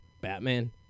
Batman